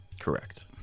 Correct